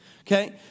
okay